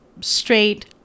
straight